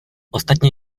ostatně